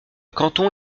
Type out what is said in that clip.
canton